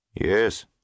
Yes